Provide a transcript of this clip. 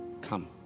Come